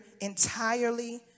entirely